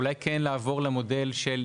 אולי כן אפשר לעבור למודל של אישור,